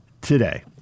today